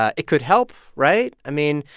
ah it could help, right? i mean,